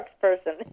person